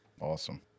Awesome